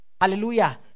Hallelujah